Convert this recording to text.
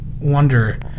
wonder